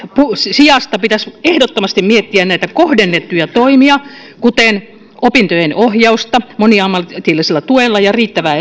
sijasta pitäisi ehdottomasti miettiä näitä kohdennettuja toimia kuten opintojen ohjausta moniammatillisella tuella ja riittävää